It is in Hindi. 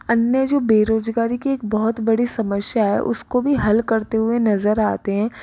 अन्य जो बेरोज़गारी की एक बहोत बड़ी समस्या है उसको भी हल करते हुए नज़र आते हैं